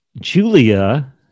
Julia